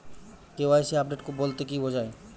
KYC update বলতে কি বোঝায়?